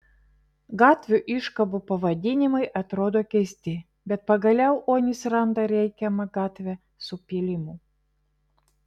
gatvių iškabų pavadinimai atrodo keisti bet pagaliau onis randa reikiamą gatvę su pylimu